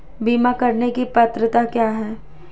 बीमा करने की पात्रता क्या है?